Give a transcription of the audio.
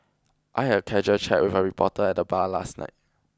I had a casual chat with a reporter at the bar last night